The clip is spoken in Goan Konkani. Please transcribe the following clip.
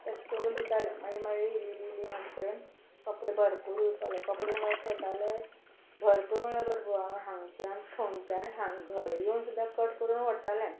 तशें करून दितालें मागीर मागीर इल्ली इल्ली इल्ली म्हाजे कडेन कपडे भरपूर येवपाक लागले कपडे म्हण अशें येताले भरपूर म्हणल्या भरपूर आवय हांगच्यान थंयच्यान हांग घरा येवन सुद्दां कट करून व्हरतालें